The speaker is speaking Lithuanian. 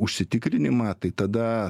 užsitikrinimą tai tada